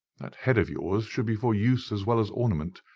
that head of yours should be for use as well as ornament.